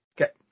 Okay